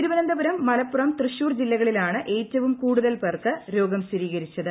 തിരുവനന്തപുരം മലപ്പുറം തൃശൂർ ജില്ലകളിലാണ് ഏറ്റവും കൂടുതൽ പേർക്ക് രോഗം സ്ഥിരീകരിച്ചത്